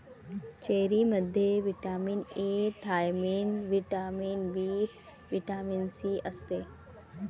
चेरीमध्ये vitamin A, thiamine, vitamin B, vitamin C असते